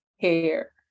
hair